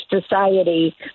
society